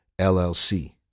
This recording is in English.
LLC